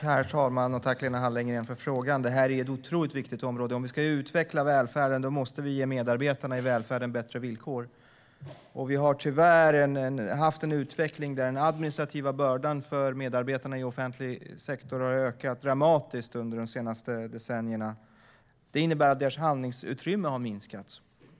Herr talman! Tack, Lena Hallengren, för frågan! Det här är ett otroligt viktigt område. Om vi ska utveckla välfärden måste vi ge medarbetarna i välfärden bättre villkor. Vi har tyvärr haft en utveckling där den administrativa bördan för medarbetarna i offentlig sektor dramatiskt har ökat under de senaste decennierna. Det innebär att deras handlingsutrymme har minskat.